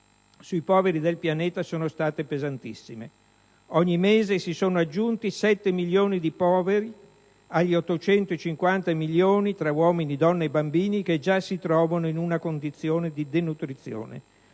sui poveri del pianeta sono state pesantissime. Ogni mese si sono aggiunti sette milioni di poveri agli 850 milioni tra uomini, donne e bambini che già si trovano in una condizione di denutrizione.